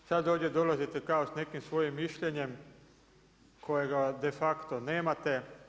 Sad ovdje dolazite kao s nekim svojim mišljenjem kojega de facto nemate.